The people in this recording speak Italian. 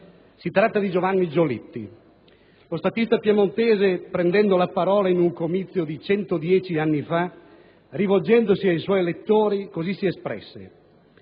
si tratta di Giovanni Giolitti. Lo statista piemontese, prendendo la parola in un comizio di 110 anni fa, rivolgendosi ai suoi elettori così si espresse: